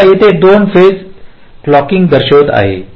आता येथे दोन फेज क्लॉकिंग दर्शवित आहोत